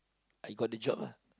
I got the job ah